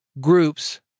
groups